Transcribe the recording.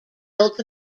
built